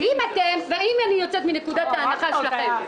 אם אני יוצאת מנקודת ההנחה שלכם,